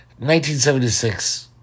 1976